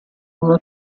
una